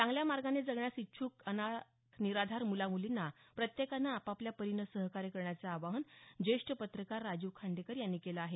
चांगल्या मार्गाने जगण्यास इच्छ्क अनाथ निराधार मुला मुलींना प्रत्येकानं आपापल्या परीनं सहकार्य करण्याचं आवाहन ज्येष्ठ पत्रकार राजीव खांडेकर यांनी केलं आहे